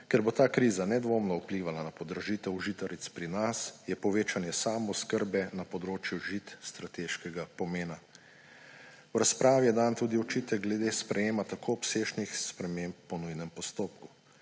Ker bo ta kriza nedvomno vplivala na podražitev žitaric pri nas, je povečanje samooskrbe na področju žit strateškega pomena. V razpravi je dan tudi očitek glede sprejetja tako obsežnih sprememb po nujnem postopku.